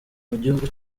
mugihugu